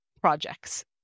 projects